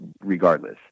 regardless